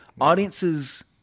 audiences